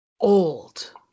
old